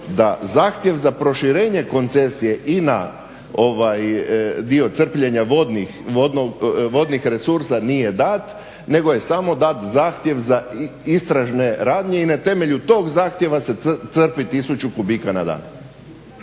da zahtjev za proširenje koncesije i na dio crpljenja vodnih resursa nije dat nego je samo dat zahtjev za istražne radnje i na temelju tog zahtjeva se crpi 1000 kubika na dan.